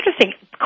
interesting